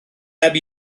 heb